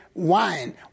Wine